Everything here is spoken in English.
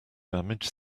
damage